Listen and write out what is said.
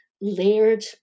layered